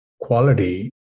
quality